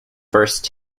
first